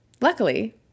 Luckily